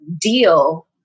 deal